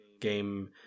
game